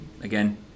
Again